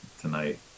tonight